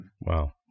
Wow